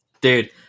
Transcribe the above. dude